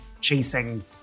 chasing